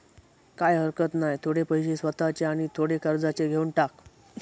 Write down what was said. काय हरकत नाय, थोडे पैशे स्वतःचे आणि थोडे कर्जाचे घेवन टाक